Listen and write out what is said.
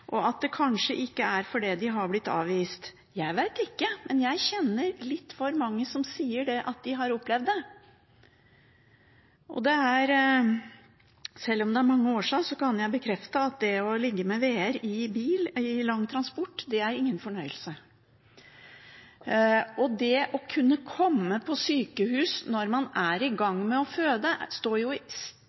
og at det kanskje ikke er fordi de har blitt avvist. Jeg vet ikke, men jeg kjenner litt for mange som sier at de har opplevd det. Og sjøl om det er mange år siden, kan jeg bekrefte at det å ligge med veer i bil i lang transport er ingen fornøyelse. Det å kunne komme på sykehus når man er i gang med å føde, i stedet for å bli avvist og høre at nei, vent litt, for dette har vi ikke kapasitet til, står i